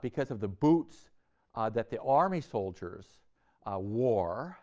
because of the boots that the army soldiers wore,